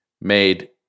made